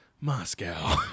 Moscow